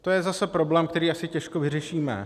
To je zase problém, který asi těžko vyřešíme.